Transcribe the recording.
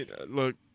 look